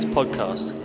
podcast